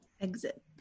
Exit